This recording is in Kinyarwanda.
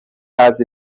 batazi